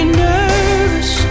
nervous